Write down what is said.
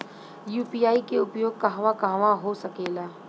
UPI के उपयोग कहवा कहवा हो सकेला?